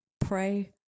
pray